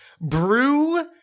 Brew